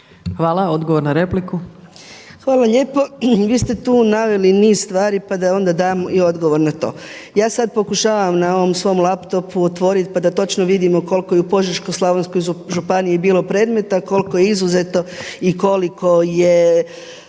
**Mrak-Taritaš, Anka (HNS)** Hvala lijepo. Vi ste tu naveli niz stvari, pa da onda dam i odgovor na to. Ja sada pokušavam sada na ovom svom laptopu otvoriti pa da točno vidimo koliko i u Požeško-slavonskoj županiji je bilo predmeta, koliko je izuzeto i koliko je